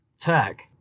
tech